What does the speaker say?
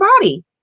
body